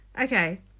okay